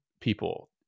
people